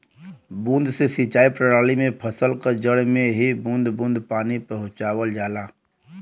बूंद से सिंचाई प्रणाली में फसल क जड़ में ही बूंद बूंद पानी पहुंचावल जाला